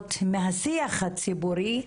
מודרות מהשיח הציבורי,